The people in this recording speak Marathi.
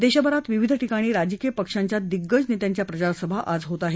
देशभरात विविधि ठिकाणी राजकीय पक्षांच्या दिग्गज नेत्यांच्या प्रचारसभा आज होत आहेत